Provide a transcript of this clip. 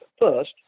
first